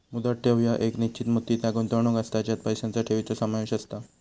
मुदत ठेव ह्या एक निश्चित मुदतीचा गुंतवणूक असता ज्यात पैशांचा ठेवीचो समावेश असता